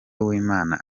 uwimana